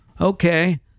okay